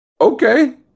Okay